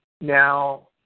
now